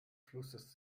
flusses